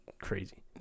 Crazy